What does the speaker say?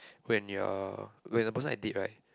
when you're when the person I date right